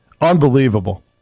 Unbelievable